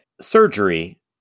surgery